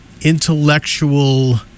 intellectual